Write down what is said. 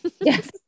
Yes